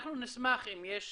אנחנו נשמח אם יש